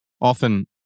often